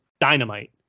dynamite